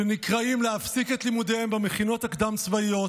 שנקראים להפסיק את לימודיהם במכינות הקדם-צבאיות,